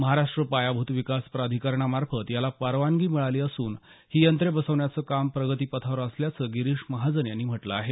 महाराष्ट्र पायाभुत विकास प्राधिकरणामार्फत याला परवानगी मिळाली असून ही यंत्रे बसवण्याचं काम प्रगती पथावर असल्याचं गिरीष महाजन यांनी म्हटलं आहे